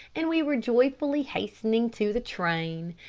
and we were joyfully hastening to the train.